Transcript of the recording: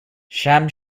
sham